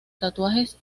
tatuajes